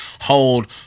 hold